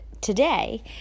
today